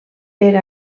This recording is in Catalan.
per